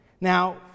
Now